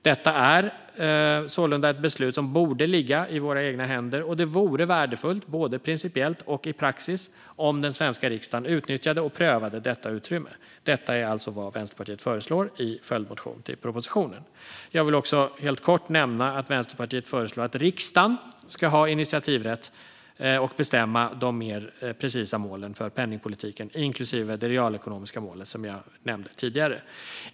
Detta är sålunda ett beslut som borde ligga i våra egna händer, och det vore värdefullt både principiellt och i praxis om den svenska riksdagen utnyttjade och prövade detta utrymme. Detta är alltså vad Vänsterpartiet föreslår i sin följdmotion till propositionen. Jag vill också helt kort nämna att Vänsterpartiet föreslår att riksdagen ska ha initiativrätt och bestämma de mer precisa målen för penningpolitiken, inklusive det realekonomiska mål som jag nämnde tidigare.